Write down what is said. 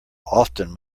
often